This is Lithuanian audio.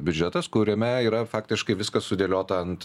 biudžetas kuriame yra faktiškai viskas sudėliota ant